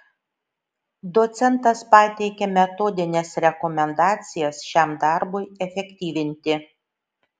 docentas pateikė metodines rekomendacijas šiam darbui efektyvinti